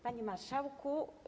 Panie Marszałku!